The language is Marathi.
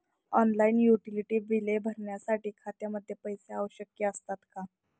ऑनलाइन युटिलिटी बिले भरण्यासाठी खात्यामध्ये पैसे आवश्यक असतात का?